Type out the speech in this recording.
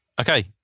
Okay